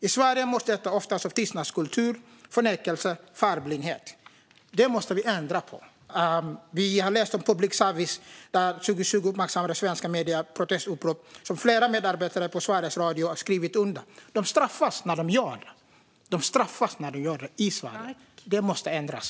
I Sverige möts detta ofta av tystnadskultur, förnekelse och färgblindhet. Det måste vi ändra på. År 2020 skrev flera medarbetare inom Sveriges Radio under ett protestupprop, vilket de straffades för. Detta måste ändras.